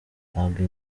ntabwo